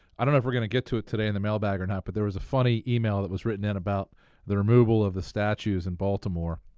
i don't know if we're going to get to it today in the mailbag or not, but there was a funny email that was written in about the removal of the statutes in baltimore